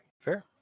fair